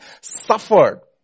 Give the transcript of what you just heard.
suffered